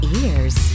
ears